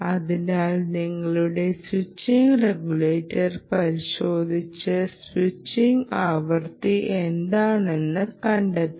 അതിനാൽ നിങ്ങളുടെ switching regulator പരിശോധിച്ച് സ്വിച്ചിംഗ് ആവൃത്തി എന്താണെന്ന് കണ്ടെത്തണം